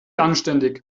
anständig